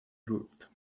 grouped